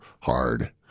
hard